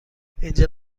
اینجا